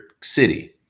city